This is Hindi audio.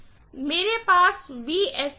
तो मेरे पास हैं और